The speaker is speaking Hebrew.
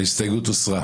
ההסתייגות הוסרה.